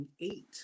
eight